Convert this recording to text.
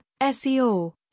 SEO